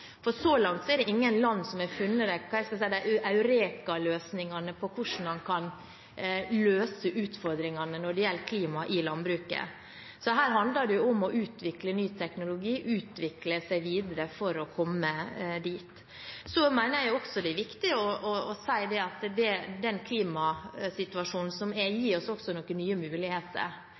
for så langt er det ingen land som har funnet, skal vi si, eureka-løsningene på hvordan man kan løse utfordringene når det gjelder klimaet i landbruket. Så her handler det om å utvikle ny teknologi, utvikle seg videre for å komme dit. Så mener jeg også det er viktig å si at den klimasituasjonen som er,